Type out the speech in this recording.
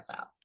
out